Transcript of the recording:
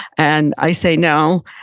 and i say, no.